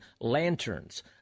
lanterns